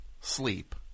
sleep